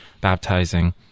baptizing